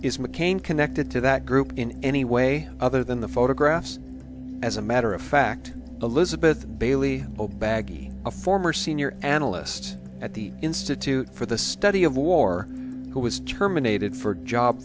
is mccain connected to that group in any way other than the photographs as a matter of fact elizabeth bailey oh bagi a former senior analyst at the institute for the study of war who was terminated for job